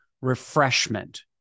refreshment